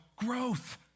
growth